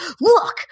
look